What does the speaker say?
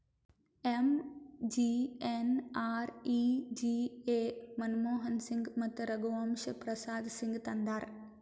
MGNREGA Manmohan Singh ಮತ್ತ ರಘುವಂಶ ಪ್ರಸಾದ್ ಸಿಂಗ್ ತಂದಾರ್